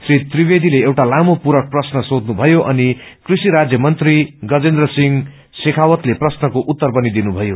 श्री त्रिवेदीले एउटा लामो पूरक प्रश्न सोथे अनि क्रूषि राज्य मन्त्री राजेन्द्र सिंह शेखावतले प्रश्नका उत्तर पनि दिनुभयो